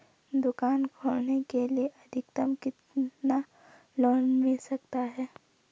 दुकान खोलने के लिए अधिकतम कितना लोन मिल सकता है?